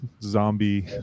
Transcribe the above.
zombie